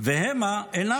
והמה אינם כן".